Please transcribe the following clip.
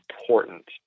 important